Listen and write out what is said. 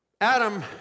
Adam